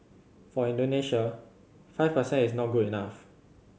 for Indonesia five per cent is not good enough